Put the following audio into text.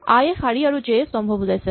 আই এ শাৰী আৰু জে এ স্তম্ভ বুজাইছে